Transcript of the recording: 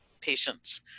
patient's